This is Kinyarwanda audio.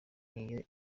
n’iyo